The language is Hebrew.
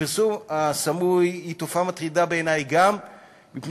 הפרסום הסמוי הוא תופעה מטרידה בעיני גם מפני